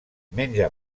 menja